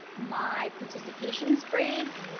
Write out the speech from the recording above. my participations grades.